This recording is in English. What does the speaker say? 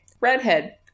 Redhead